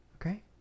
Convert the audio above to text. okay